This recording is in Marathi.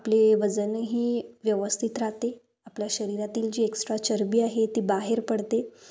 आपले वजनही व्यवस्थित राहते आपल्या शरीरातील जी एक्स्ट्रा चरबी आहे ती बाहेर पडते